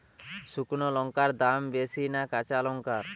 শুক্নো লঙ্কার দাম বেশি না কাঁচা লঙ্কার?